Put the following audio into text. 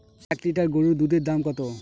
এক লিটার গরুর দুধের দাম কত?